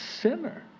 sinner